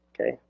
Okay